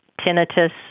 tinnitus